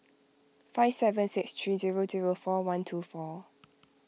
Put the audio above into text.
five seven six three zero zero four one two four